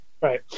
Right